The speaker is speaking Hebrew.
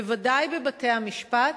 בוודאי בבתי-המשפט,